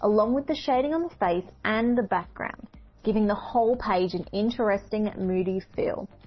along with the shading on the face and the background giving the whole page an interesting moody feel.